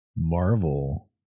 Marvel